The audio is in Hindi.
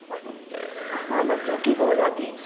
बच हाँ बच्चों की भी हो जाती है